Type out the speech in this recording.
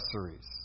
Accessories